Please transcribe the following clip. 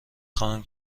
خواهم